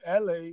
LA